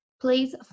Please